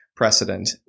Precedent